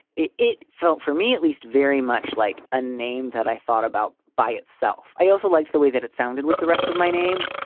it it felt for me at least very much like a name that i thought about by itself. i also liked the way that it sounded with the rest of my name,